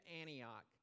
Antioch